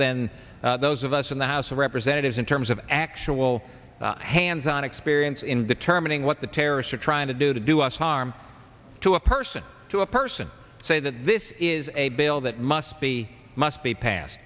than those of us in the house of representatives in terms of actual hands on experience in determining what the terrorists are trying to do to do us harm to a person to a person say that this is a bill that must be must be passed